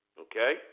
Okay